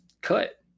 cut